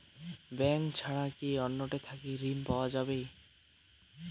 Bank ছাড়া কি অন্য টে থাকি ঋণ পাওয়া যাবে?